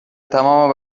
تمام